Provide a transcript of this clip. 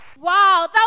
Wow